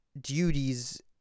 duties